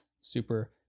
Super